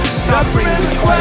suffering